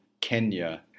Kenya